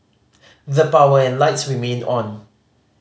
the power and lights remained on